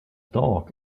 dog